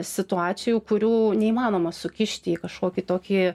situacijų kurių neįmanoma sukišti į kažkokį tokį